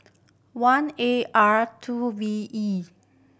one A R two V E